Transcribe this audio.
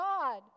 God